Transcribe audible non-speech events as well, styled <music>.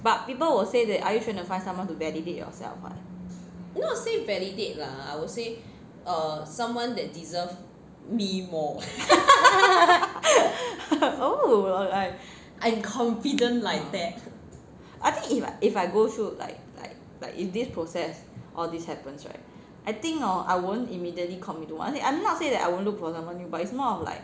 but people will say that are you trying to find someone to validate yourself what <laughs> oh I think if I if I go through like like like if this process all these happens right I think hor I won't immediately commit to one I'm not say that I won't look for someone new but it's more of like